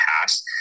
past